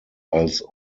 als